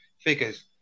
figures